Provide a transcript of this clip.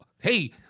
hey